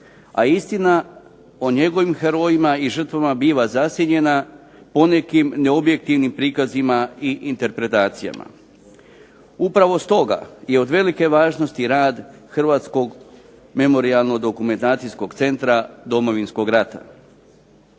a istina o njegovim herojima i žrtvama biva zasjenjena ponekim neobjektivnim prikazima i interpretacijama. Upravo stoga i od velike je važnosti rad Hrvatskog memorijalno-dokumentacijskog centra Domovinskog rata.